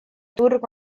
turg